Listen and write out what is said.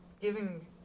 giving